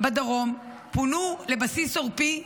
בדרום פונו לבסיס עורפי,